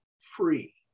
free